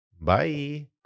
Bye